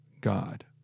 God